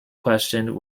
questioned